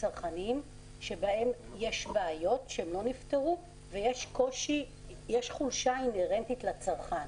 צרכניים שבהם יש בעיות שלא נפתרו ויש חולשה אינהרנטית לצרכן,